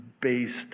based